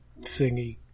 thingy